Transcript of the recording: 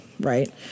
right